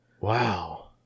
Wow